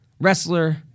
wrestler